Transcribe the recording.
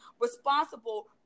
responsible